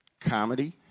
comedy